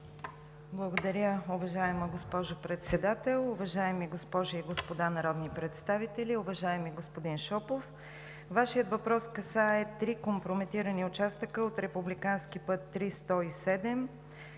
Благодаря. Уважаема госпожо Председател, уважаеми госпожи и господа народни представители! Уважаеми господин Шопов, Вашият въпрос касае три компрометирани участъка от републикански път